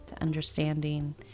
Understanding